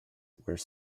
were